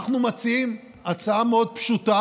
ברגל גסה,